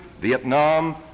Vietnam